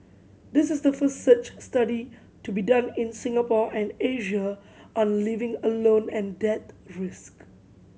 this is the first such study to be done in Singapore and Asia on living alone and death risk